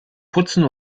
putzen